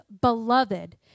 beloved